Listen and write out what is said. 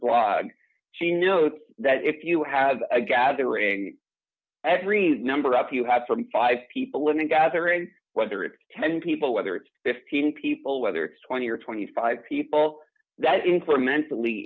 blog she notes that if you have a gathering every number up you have from five people in a gathering whether it's ten people whether it's fifteen people whether it's twenty or twenty five people that incrementally